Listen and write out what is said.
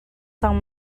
cang